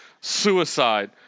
suicide